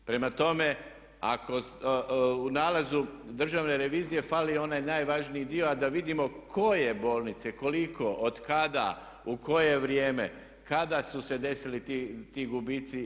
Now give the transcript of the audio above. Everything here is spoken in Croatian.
Prema tome ako u nalazu državne revizije fali onaj najvažniji dio a da vidimo koje bolnice, koliko, otkada, u koje vrijeme, kada su se desili ti gubitci.